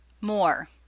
more